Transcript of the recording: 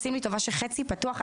עושים לי טובה שחצי פתוח,